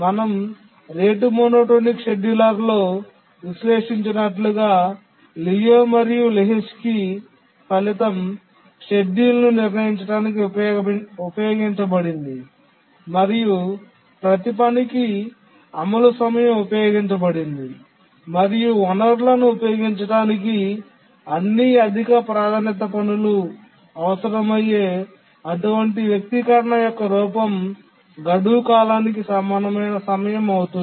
మేము rate monotonic షెడ్యూలర్లో విశ్లేషించినట్లుగా లియు మరియు లెహోజ్కీ ఫలితం షెడ్యూల్ను నిర్ణయించడానికి ఉపయోగించబడింది మరియు ప్రతి పనికి అమలు సమయం ఉపయోగించబడింది మరియు వనరులను ఉపయోగించడానికి అన్ని అధిక ప్రాధాన్యత పనులు అవసరమయ్యే అటువంటి వ్యక్తీకరణ యొక్క రూపం గడువు కాలానికి సమానమైన సమయం అవుతుంది